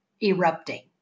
erupting